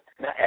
Now